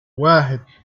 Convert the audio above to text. واحد